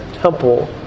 temple